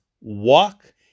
walk